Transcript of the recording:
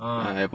ah